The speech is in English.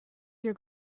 your